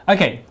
Okay